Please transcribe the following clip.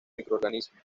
microorganismos